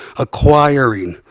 acquiring,